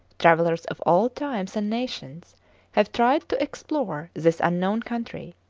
travellers of all times and nations have tried to explore this unknown country,